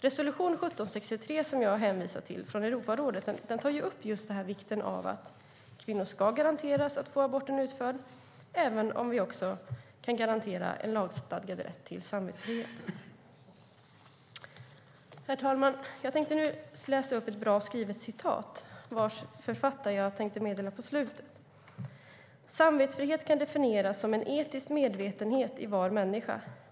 Resolution 1763 från Europarådet, som jag hänvisar till, tar upp just vikten av att kvinnor ska garanteras att få aborten utförd samtidigt som vi kan garantera en lagstadgad rätt till samvetsfrihet. Herr talman! Jag tänkte nu läsa upp ett citat, vars författare jag tänkte meddela på slutet: "Samvetet kan . definieras som en etisk medvetenhet i var människa.